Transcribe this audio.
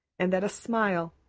and that a smile,